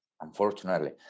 unfortunately